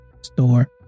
store